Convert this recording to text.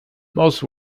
most